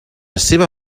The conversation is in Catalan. seva